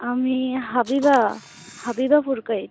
আমি হাবিবা হাবিবা পুরকাইত